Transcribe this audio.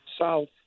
south